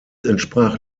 entsprach